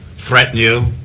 threaten you,